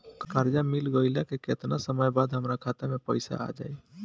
कर्जा मिल गईला के केतना समय बाद हमरा खाता मे पैसा आ जायी?